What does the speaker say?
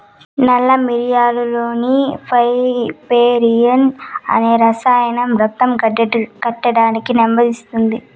నల్ల మిరియాలులోని పైపెరిన్ అనే రసాయనం రక్తం గడ్డకట్టడాన్ని నెమ్మదిస్తుంది